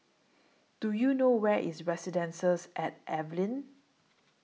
Do YOU know Where IS Residences At Evelyn